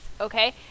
okay